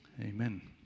Amen